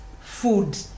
food